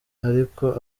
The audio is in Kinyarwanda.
ariko